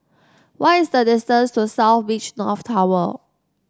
what is the distance to South Beach North Tower